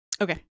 Okay